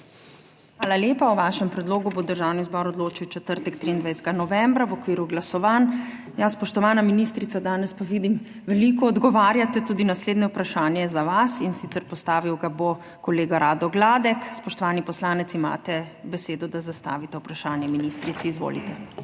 Hvala lepa. O vašem predlogu bo Državni zbor odločil v četrtek, 23. novembra, v okviru glasovanj. Spoštovana ministrica, danes pa, vidim, veliko odgovarjate. Tudi naslednje vprašanje je za vas, in sicer, postavil ga bo kolega Rado Gladek. Spoštovani poslanec, imate besedo, da zastavite vprašanje ministrici. Izvolite.